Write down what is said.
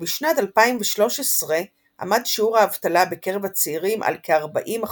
ובשנת 2013 עמד שיעור האבטלה בקרב הצעירים על כ-40%.